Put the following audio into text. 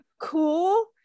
cool